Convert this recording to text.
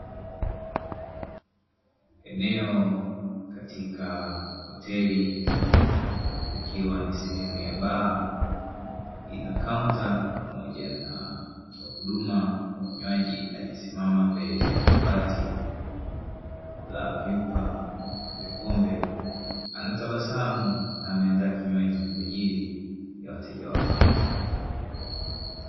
Eneo katika hoteli ikiwa ni sehemu ya baa ina kaunta pamoja na mtoa huduma wa vinywaji aliyesimama mbele ya kabati la vyupa vya pombe, anatabasamu na ana andaa kinywaji kwa ajili ya wateja wake.